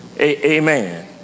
Amen